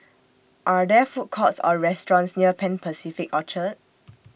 Are There Food Courts Or restaurants near Pan Pacific Orchard